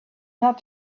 not